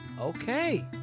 okay